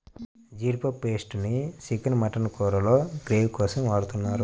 జీడిపప్పు పేస్ట్ ని chicken, mutton కూరల్లో గ్రేవీ కోసం వాడుతున్నారు